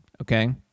okay